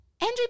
Andrew